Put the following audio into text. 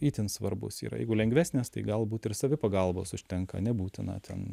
itin svarbus yra jeigu lengvesnės tai galbūt ir savipagalbos užtenka nebūtina ten